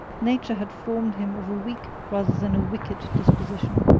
nature had formed him of a weak rather than a wicked disposition.